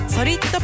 Solid